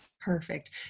Perfect